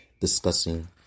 discussing